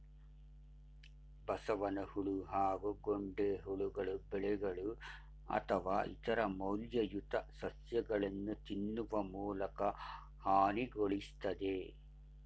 ಬಸವನಹುಳು ಹಾಗೂ ಗೊಂಡೆಹುಳುಗಳು ಬೆಳೆಗಳು ಅಥವಾ ಇತರ ಮೌಲ್ಯಯುತ ಸಸ್ಯಗಳನ್ನು ತಿನ್ನುವ ಮೂಲಕ ಹಾನಿಗೊಳಿಸ್ತದೆ